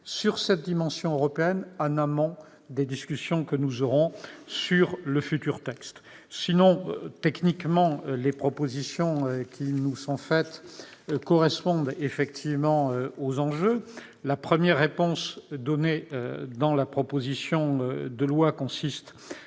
sur cette dimension européenne, en amont des discussions que nous aurons sur le futur texte. Techniquement, les propositions qui nous sont faites correspondent effectivement aux enjeux. La première réponse apportée dans la proposition de loi consiste